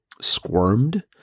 squirmed